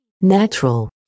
natural